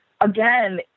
again